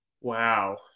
Wow